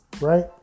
right